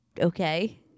Okay